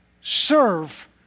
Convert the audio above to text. serve